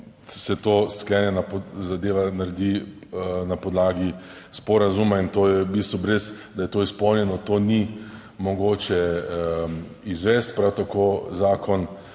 se to sklenjena zadeva naredi na podlagi sporazuma in to je v bistvu brez, da je to izpolnjeno, to ni mogoče izvesti. Prav tako zakon